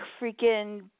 freaking